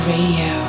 Radio